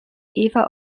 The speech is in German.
eva